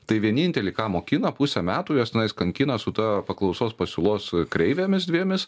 tai vienintelį ką mokina pusę metų juos tenais kankina su ta paklausos pasiūlos kreivėmis dvejomis